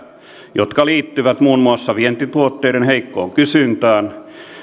jotka liittyvät muun muassa vientituotteiden heikkoon kysyntään